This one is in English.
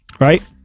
right